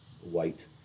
white